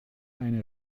eine